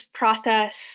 process